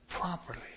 properly